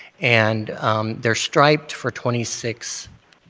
and they're striped for twenty six,